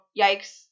yikes